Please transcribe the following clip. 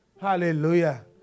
Hallelujah